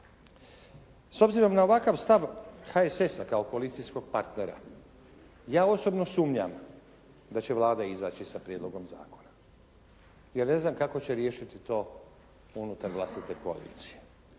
S obzirom na ovakav stav HSS-a kao koalicijskog partera ja osobno sumnjam da će Vlada izaći sa prijedlogom zakona, jer ne znam kako će riješiti to unutar vlastite koalicije